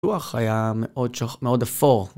הלוח היה מאוד שח.. מאוד אפור.